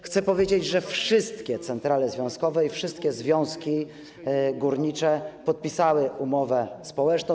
Chcę powiedzieć, że wszystkie centrale związkowe i wszystkie związki górnicze podpisały umowę społeczną.